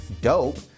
dope